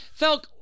Felk